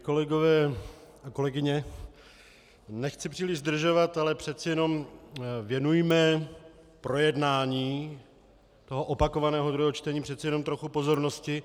Kolegové a kolegyně, nechci příliš zdržovat, ale přece jen věnujme projednání toho opakovaného druhého čtení trochu pozornosti.